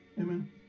Amen